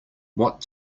what